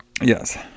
Yes